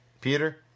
Peter